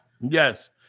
Yes